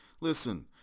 Listen